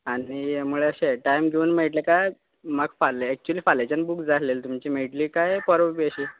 आनी म्हणल्यार अशें टायम घेवन मेळट्लें काय म्हाक फाल्यां एक्चली फाल्यांच्यान बूक जाय आल्हेली तुमची मेळट्ली काय पर्व बी अशी